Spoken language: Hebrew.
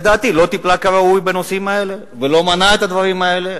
לדעתי לא טיפלה כראוי בנושאים האלה ולא מנעה את הדברים האלה,